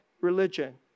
religion